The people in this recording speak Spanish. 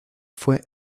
fue